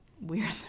weird